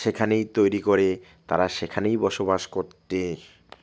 সেখানেই তৈরি করে তারা সেখানেই বসবাস করতে